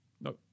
No